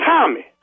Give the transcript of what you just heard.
Tommy